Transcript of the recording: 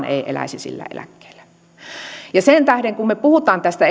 ei eläisi sillä eläkkeellä ja sen tähden kun me puhumme tästä